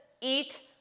eat